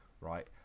right